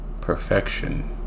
Perfection